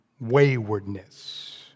waywardness